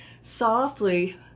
softly